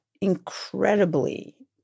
incredibly